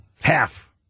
Half